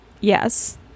yes